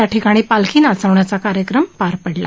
त्याठिकाणी पालखी नाचवण्याचा कार्यक्रम पार पडला